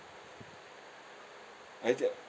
I thin~